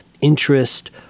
interest